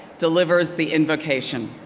delivers the invocation.